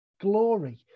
glory